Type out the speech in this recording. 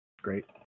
Great